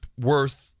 worth